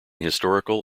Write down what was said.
historical